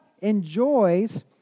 enjoys